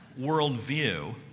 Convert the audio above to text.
worldview